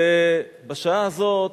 ובשעה הזאת,